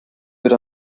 wird